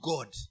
God